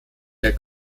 der